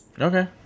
Okay